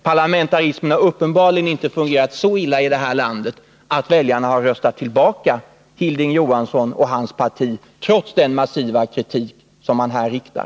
Parlamentarismen har uppenbarligen inte fungerat så illa i det här landet att väljarna har röstat tillbaka Hilding Johansson och hans parti, trots den massiva kritik som han framför.